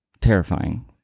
Terrifying